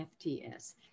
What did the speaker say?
FTS